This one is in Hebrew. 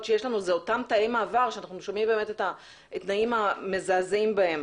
שיש לנו זה אותם תאי מעבר שאנחנו שומעים על התנאים המזעזעים בהם.